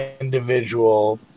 individual